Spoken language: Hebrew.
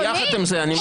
ויחד עם זה,